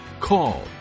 call